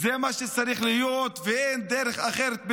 זה מה שצריך להיות, ואין דרך אחרת.